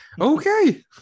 Okay